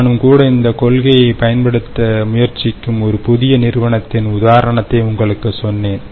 நானும் கூடஇந்த கொள்கையை பயன்படுத்த முயற்சிக்கும் ஒரு புதிய நிறுவனத்தின் உதாரணத்தை உங்களுக்கு சொன்னேன்